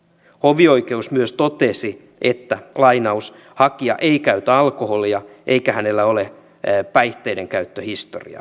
hovioikeus myös totesi että hakija ei käytä alkoholia eikä hänellä ole päihteidenkäyttöhistoriaa